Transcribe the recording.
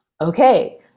okay